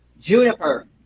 Juniper